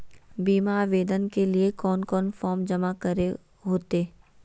बीमा आवेदन के लिए कोन कोन फॉर्म जमा करें होते